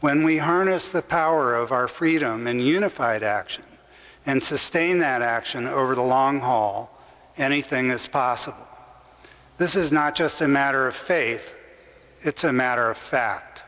when we harness the power of our freedom and unified action and sustain that action over the long haul anything is possible this is not just a matter of faith it's a matter of fact